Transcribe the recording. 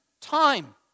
time